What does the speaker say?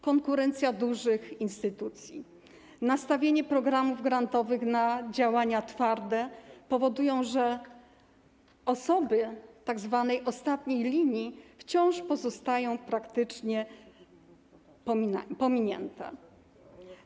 Konkurencja dużych instytucji, nastawienie programów grantowych na działania twarde powodują, że osoby tzw. ostatniej linii wciąż pozostają praktycznie pominięte.